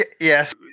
Yes